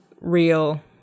real